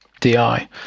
DI